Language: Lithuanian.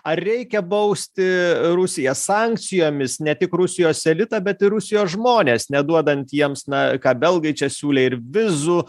ar reikia bausti rusiją sankcijomis ne tik rusijos elitą bet ir rusijos žmones neduodant jiems na ir ką belgai čia siūlė ir vizų